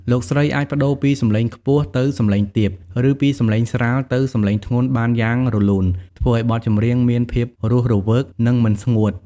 លោកស្រីអាចប្តូរពីសម្លេងខ្ពស់ទៅសម្លេងទាប ឬពីសម្លេងស្រាលទៅសម្លេងធ្ងន់បានយ៉ាងរលូន ធ្វើឲ្យបទចម្រៀងមានភាពរស់រវើក និងមិនស្ងួត។